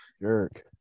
Jerk